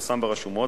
ופורסם ברשומות,